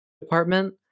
department